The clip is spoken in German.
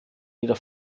ihrer